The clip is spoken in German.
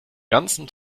ganzen